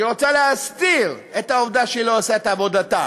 היא רוצה להסתיר את העובדה שהיא לא עושה את עבודתה.